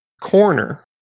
corner